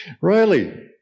Riley